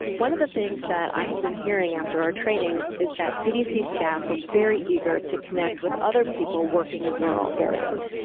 one of the things that i had been hearing after our trainings is that cdc staff were very eager to connect with other people working in rural areas,